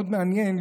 מאוד מעניין,